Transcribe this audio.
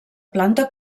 planta